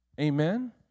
Amen